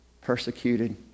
Persecuted